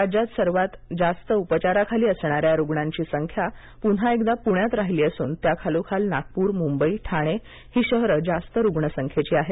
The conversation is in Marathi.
राज्यात सर्वात जास्त उपचाराखाली असणाऱ्या रुग्णांची संख्या पून्हा एकदा पुण्यात राहिली असून त्याखालोखाल नागपूरमुंबई आणि ठाणे ही शहरे जास्त रुग्णसंख्येची आहेत